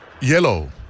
Yellow